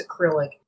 acrylic